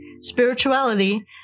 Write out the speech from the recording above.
spirituality